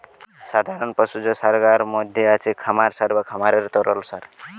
সাধারণ পশুজ সারগার মধ্যে আছে খামার সার বা খামারের তরল সার